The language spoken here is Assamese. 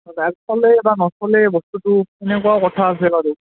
বেলেগফলে দাদা নচলে বস্তুটো সেনেকুৱাও কথা আছে বাৰু